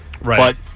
Right